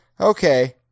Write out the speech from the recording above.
Okay